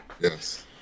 yes